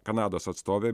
kanados atstovė